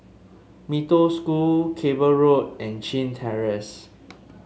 Mee Toh School Cable Road and Chin Terrace